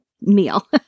meal